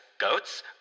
Goats